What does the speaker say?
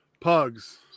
Pugs